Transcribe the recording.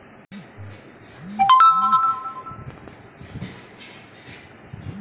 కొన్ని పన్నుల్ని మనం ప్రత్యక్షంగా కొన్నిటిని పరోక్షంగా చెల్లిస్తాం